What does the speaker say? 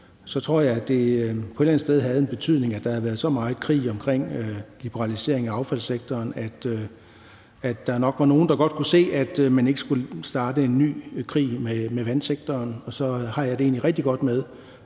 så tror jeg, at det et eller andet sted havde en betydning, at der havde været så meget krig omkring liberalisering af affaldssektoren, at der nok var nogle, der godt kunne se, at man ikke skulle starte en ny krig i forbindelse med vandsektoren. Og så har jeg det egentlig rigtig godt med,